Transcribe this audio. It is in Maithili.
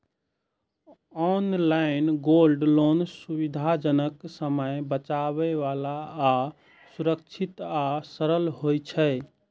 ऑनलाइन गोल्ड लोन सुविधाजनक, समय बचाबै बला आ सुरक्षित आ सरल होइ छै